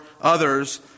others